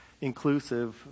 inclusive